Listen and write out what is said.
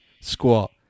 squat